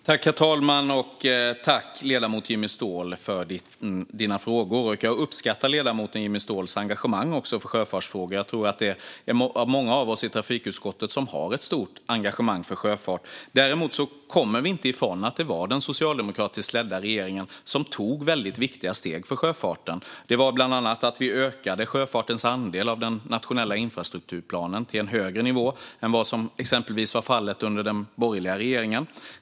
Herr talman! Tack, ledamoten Jimmy Ståhl, för dina frågor! Jag uppskattar ledamotens engagemang för sjöfartsfrågor. Jag tror att många av oss i trafikutskottet känner stort engagemang för sjöfarten. Men vi kommer inte ifrån att det var den socialdemokratiskt ledda regeringen som tog viktiga steg för sjöfarten. Bland annat ökade vi sjöfartens andel av den nationella infrastrukturplanen till en högre nivå än vad som var fallet under exempelvis den borgerliga regeringen.